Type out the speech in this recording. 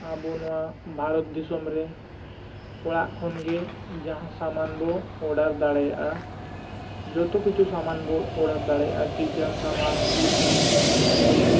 ᱟᱵᱚ ᱱᱚᱣᱟ ᱵᱷᱟᱨᱚᱛ ᱫᱤᱥᱚᱢ ᱨᱮ ᱚᱲᱟᱜ ᱠᱷᱚᱱ ᱜᱮ ᱡᱟᱦᱟᱸ ᱥᱟᱢᱟᱱ ᱵᱚ ᱚᱰᱟᱨ ᱫᱟᱲᱮᱭᱟᱜᱼᱟ ᱡᱚᱛᱚ ᱠᱤᱪᱷᱩ ᱥᱟᱢᱟᱱ ᱵᱚ ᱚᱰᱟᱨ ᱫᱟᱲᱮᱭᱟᱜᱼᱟ ᱠᱤᱪᱮᱱ ᱥᱟᱢᱟᱱ ᱥᱮ